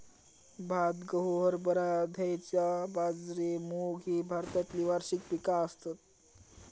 भात, गहू, हरभरा, धैंचा, बाजरी, मूग ही भारतातली वार्षिक पिका आसत